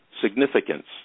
significance